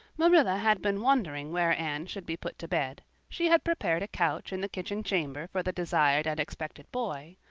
marilla had been wondering where anne should be put to bed. she had prepared a couch in the kitchen chamber for the desired and expected boy.